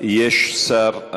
יש שר.